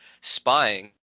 spying